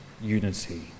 unity